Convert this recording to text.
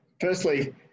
firstly